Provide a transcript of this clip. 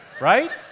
right